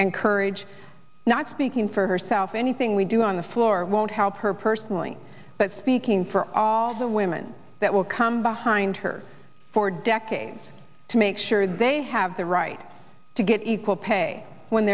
and courage not speaking for herself anything we do on the floor won't help her personally but speaking for all the women that will come behind her for decades to make sure they have the right to get equal pay when